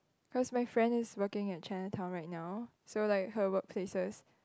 cause my friend is working at Chinatown right now so like her workplaces